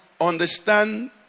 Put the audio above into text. understand